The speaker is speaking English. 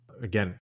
Again